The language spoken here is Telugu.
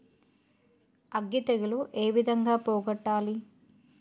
అగ్గి తెగులు ఏ విధంగా పోగొట్టాలి?